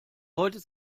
heute